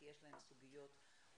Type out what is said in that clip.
כי אולי יש להם סוגיות משותפות.